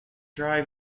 dry